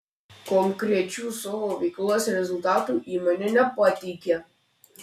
konkrečių savo veiklos rezultatų įmonė nepateikė